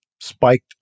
spiked